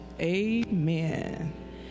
amen